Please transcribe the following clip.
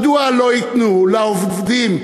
מדוע לא ייתנו לעובדים,